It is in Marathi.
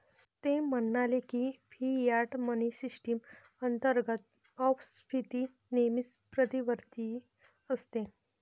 ते म्हणाले की, फियाट मनी सिस्टम अंतर्गत अपस्फीती नेहमीच प्रतिवर्ती असते